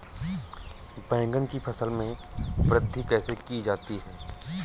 बैंगन की फसल में वृद्धि कैसे की जाती है?